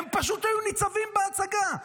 הם פשוט היו ניצבים בהצגה.